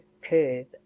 curve